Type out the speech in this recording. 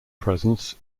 presence